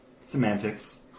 Semantics